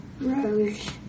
Rose